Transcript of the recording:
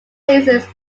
races